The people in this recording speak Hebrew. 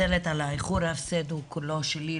האיחור, ההפסד הוא כולו שלי.